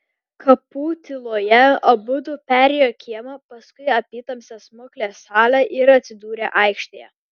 kapų tyloje abudu perėjo kiemą paskui apytamsę smuklės salę ir atsidūrė aikštėje